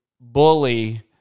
bully